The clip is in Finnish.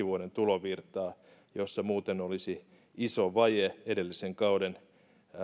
vuoden tulovirtaa jossa muuten olisi iso vaje edellisen kauden